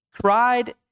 cried